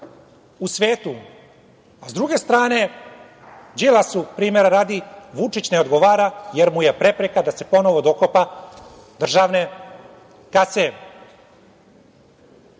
u svetu. S druge strane, Đilasu, primera radi, Vučić ne odgovara, jer mu je prepreka da se ponovo dokopa državne kase. Tako,